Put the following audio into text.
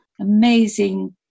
amazing